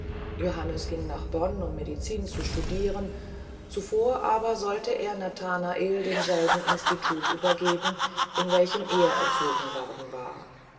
johannes ging nach bonn um medizin zu studieren zuvor aber sollte er nathanael demselben institut übergeben in welchem er erzogen worden war